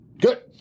Good